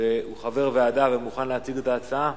והוא חבר הוועדה ומוכן להציג את ההצעה,